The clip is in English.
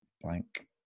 blank